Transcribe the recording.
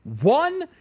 One